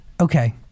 Okay